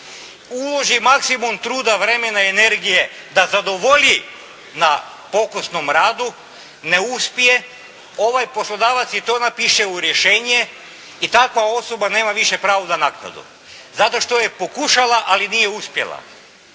Uloži maksimum truda, vremena i energije da zadovolji na pokusnom radu. Ne uspije. Ovaj poslodavac joj to napiše u rješenje i takva osoba nema više pravo na naknadu zato što je pokušala ali nije uspjela